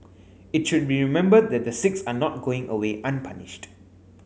it should be remembered that the six are not going away unpunished